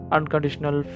Unconditional